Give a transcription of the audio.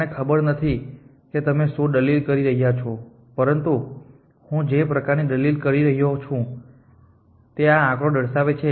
મને ખબર નથી કે તમે શું દલીલ કરી રહ્યા છો પરંતુ હું જે પ્રકારની દલીલ કરી રહ્યો છું તે આ આંકડો દર્શાવે છે